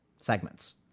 segments